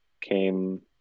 came